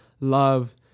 love